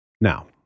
Now